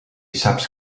saps